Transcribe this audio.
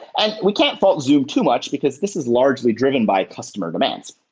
and we can't fault zoom too much, because this is largely driven by customer demands.